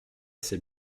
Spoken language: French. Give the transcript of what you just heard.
ses